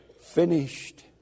Finished